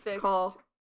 call